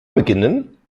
beginnen